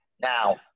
Now